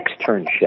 externship